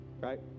right